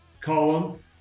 column